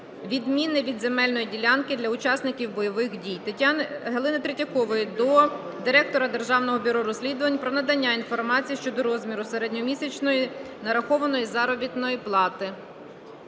відмінне від земельної ділянки, для учасників бойових дій. Галини Третьякової до директора Державного бюро розслідувань про надання інформації щодо розміру середньомісячної нарахованої заробітної плати.